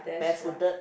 bare footed